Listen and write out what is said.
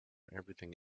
everything